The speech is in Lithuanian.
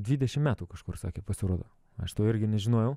dvidešim metų kažkur sakė pasirodo aš to irgi nežinojau